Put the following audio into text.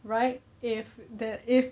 right if that if